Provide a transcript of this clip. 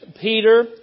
Peter